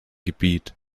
gebiet